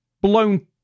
blown